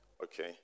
Okay